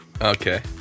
Okay